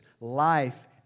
life